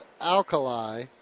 Alkali